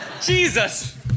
Jesus